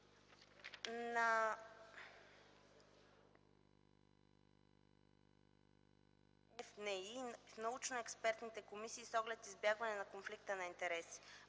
и в научно-експертните комисии с оглед избягване на конфликта на интереси.